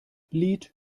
lied